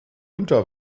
unter